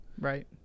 Right